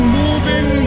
moving